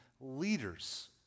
leaders